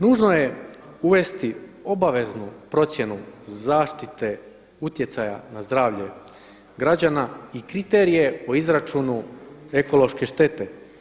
Nužno je uvesti obaveznu procjenu zaštite utjecaja na zdravlje građana i kriterije o izračunu ekološke štete.